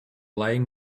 laying